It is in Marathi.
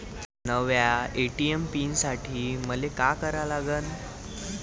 नव्या ए.टी.एम पीन साठी मले का करा लागन?